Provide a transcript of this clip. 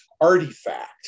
Artifact